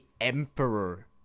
emperor